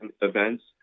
events